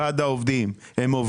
הם עובדים?